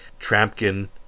Trampkin